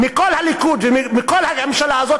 מכל הליכוד ומכל הממשלה הזאת,